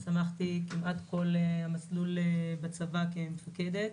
צמחתי כמעט כל המסלול בצבא כמפקדת.